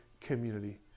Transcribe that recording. community